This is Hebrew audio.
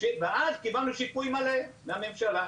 ואז קיבלנו שיפוי מלא מהממשלה.